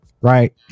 right